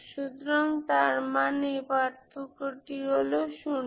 সুতরাং তার মানে পার্থক্যটি হল 0